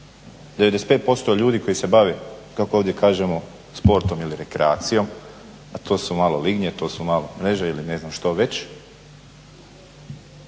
95% ljudi koji se bave kako ovdje kažemo sportom i rekreacijom, a to su malo lignje, to su malo mreže ili ne znam što već